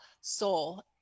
soul